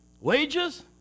wages